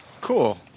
Cool